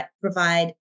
provide